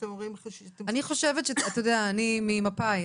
אני ממפא"י,